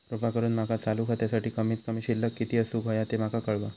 कृपा करून माका चालू खात्यासाठी कमित कमी शिल्लक किती असूक होया ते माका कळवा